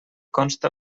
consta